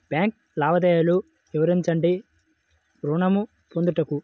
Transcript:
Bank లావాదేవీలు వివరించండి ఋణము పొందుటకు?